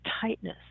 tightness